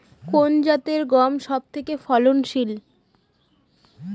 কোন জাতের গম সবথেকে বেশি ফলনশীল?